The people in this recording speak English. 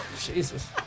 Jesus